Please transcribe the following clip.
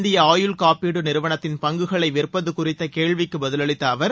இந்திய ஆயுள் காப்பீடு நிறுவனத்தின் பங்குகளை விற்பது குறித்த கேள்விக்கு பதிலளித்த அவர்